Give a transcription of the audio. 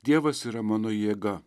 dievas yra mano jėga